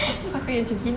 siapa yang